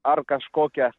ar kažkokią